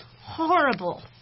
horrible